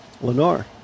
Lenore